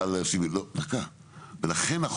לכן,